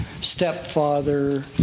stepfather